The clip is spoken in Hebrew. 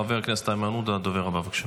חבר הכנסת איימן עודה, הדובר הבא, בבקשה.